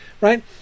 right